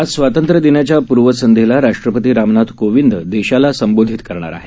आज स्वातंत्र्यदिनाच्या पर्वसंध्येला राष्ट्रपती रामनाथ कोविंद देशाला संबोधित करणार आहेत